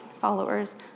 followers